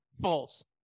false